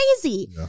crazy